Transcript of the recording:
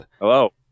Hello